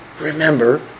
Remember